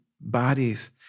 bodies